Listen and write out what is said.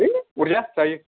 है अरजाया जायो